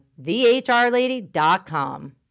thehrlady.com